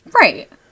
Right